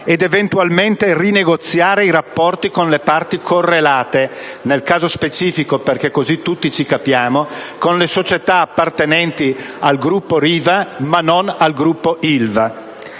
ed eventualmente rinegoziare i rapporti con le parti correlate (nel caso specifico, così tutti ci capiamo, con le società appartenenti al gruppo Riva ma non al gruppo Ilva).